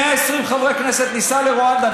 120 חברי כנסת ניסע לרואנדה,